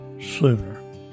sooner